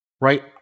right